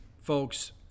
folks